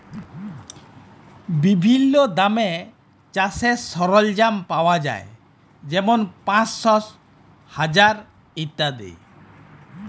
বিভিল্ল্য দামে চাষের সরল্জাম পাউয়া যায় যেমল পাঁশশ, হাজার ইত্যাদি